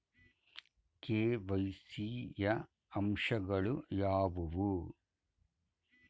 KYC ಯ ಅಂಶಗಳು ಯಾವುವು?